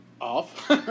off